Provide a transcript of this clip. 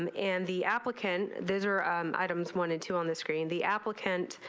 um and the applicant these are items wanted to on the screen the applicant